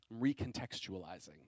recontextualizing